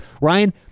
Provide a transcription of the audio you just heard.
Ryan